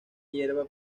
hierba